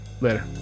later